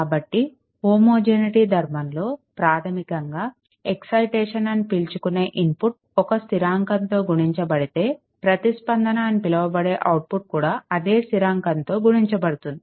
కాబట్టి హోమోజీనిటీ ధర్మంలో ప్రాధమికంగా ఎక్సైటేషన్ అని పిలుచుకునే ఇన్పుట్ ఒక స్థిరాంకం తో గుణించబడితే ప్రతిస్పందన అని పిలవబడే అవుట్పుట్ కూడా అదే స్థిరాంకంతో గుణించబడుతుంది